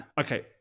okay